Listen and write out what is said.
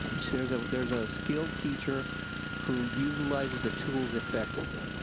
so there's ah there's a skilled teacher who utilizes the tools effectively.